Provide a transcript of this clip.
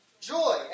Joy